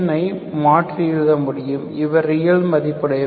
Cnஐ மாற்றி எழுத முடியும் இவை ரியல் மதிப்புடையவை